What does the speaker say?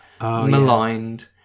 maligned